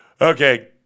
Okay